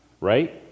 right